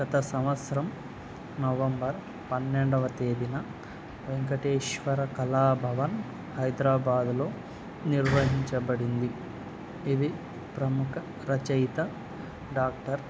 గత సంవత్సరం నవంబర్ పన్నెండవ తేదీన వెంకటేశ్వర కళాభవన్ హైదరాబాదులో నిర్వహించబడింది ఇది ప్రముఖ రచయిత డాక్టర్